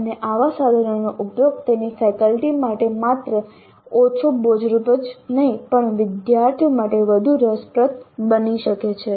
અને આવા સાધનોનો ઉપયોગ તેને ફેકલ્ટી માટે માત્ર ઓછો બોજરૂપ જ નહીં પણ વિદ્યાર્થીઓ માટે વધુ રસપ્રદ પણ બનાવી શકે છે